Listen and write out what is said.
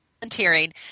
volunteering